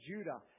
Judah